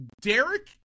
Derek